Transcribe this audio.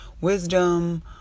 wisdom